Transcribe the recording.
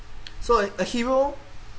so a hero